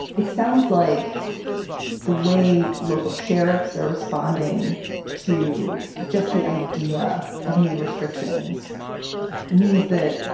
it sounds like the way local sheriffs are responding to just the idea of new restrictions means that